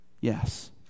yes